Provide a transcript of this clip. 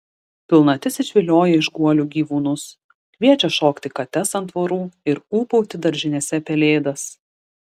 pilnatis išvilioja iš guolių gyvūnus kviečia šokti kates ant tvorų ir ūbauti daržinėse pelėdas